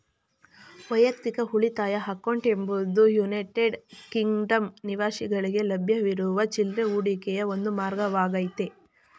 ವೈಯಕ್ತಿಕ ಉಳಿತಾಯ ಅಕೌಂಟ್ ಎಂಬುದು ಯುನೈಟೆಡ್ ಕಿಂಗ್ಡಮ್ ನಿವಾಸಿಗಳ್ಗೆ ಲಭ್ಯವಿರುವ ಚಿಲ್ರೆ ಹೂಡಿಕೆಯ ಒಂದು ಮಾರ್ಗವಾಗೈತೆ